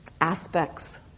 aspects